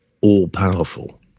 all-powerful